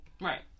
Right